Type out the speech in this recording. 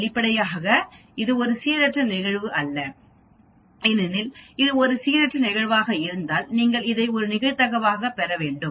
வெளிப்படையாக அது ஒரு சீரற்ற நிகழ்வு அல்ல ஏனெனில் இது ஒரு சீரற்ற நிகழ்வாக இருந்தால் நீங்கள் இதை ஒரு நிகழ்தகவாகப் பெற வேண்டும்